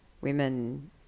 women